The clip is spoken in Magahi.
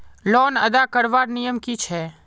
लोन अदा करवार नियम की छे?